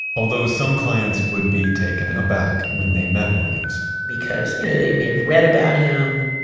although, some clients would be taken aback when they met williams because you know they may have read about him,